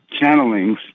channelings